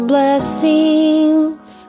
Blessings